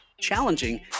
challenging